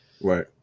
right